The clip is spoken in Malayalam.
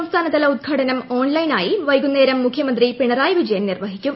സംസ്ഥാനതല ഉദ്ഘാടനം ഓൺലൈനായി വൈകുന്നേരം മുഖ്യമന്ത്രി പിണറായി വിജയൻ നിർവഹിക്കും